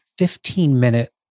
15-minute